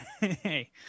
Hey